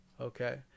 okay